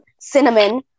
cinnamon